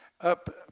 up